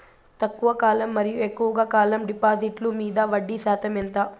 తక్కువ కాలం మరియు ఎక్కువగా కాలం డిపాజిట్లు మీద వడ్డీ శాతం ఎంత?